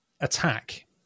attack